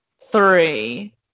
three